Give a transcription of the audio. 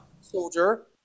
soldier